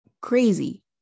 crazy